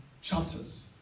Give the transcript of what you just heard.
chapters